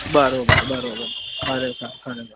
બરાબર બરાબર ખરેખર ખરેખર